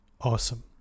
awesome